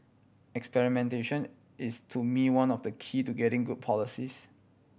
experimentation is to me one of the key to getting good policies